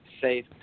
Safe